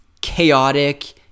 chaotic